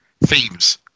themes